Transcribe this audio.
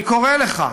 אני קורא לך,